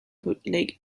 bootleg